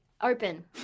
Open